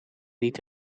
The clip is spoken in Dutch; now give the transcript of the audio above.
niet